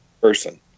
person